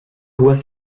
was